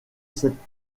cette